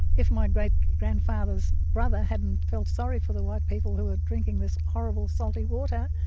if my great grandfather's brother hadn't felt sorry for the white people who were drinking this horrible salty water,